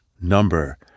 number